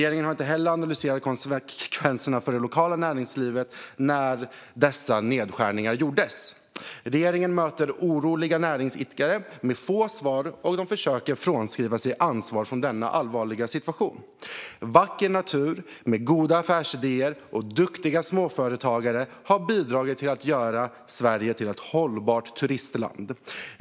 Regeringen har inte heller analyserat konsekvenserna för det lokala näringslivet av dessa nedskärningar. Man möter oroliga näringsidkare med få svar och försöker frånskriva sig ansvar för denna allvarliga situation. Vacker natur ihop med goda affärsidéer och duktiga småföretagare har bidragit till att göra Sverige till ett hållbart turistland.